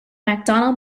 macdonald